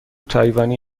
تایوانی